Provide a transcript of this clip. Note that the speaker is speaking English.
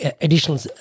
additional